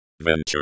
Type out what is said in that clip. venture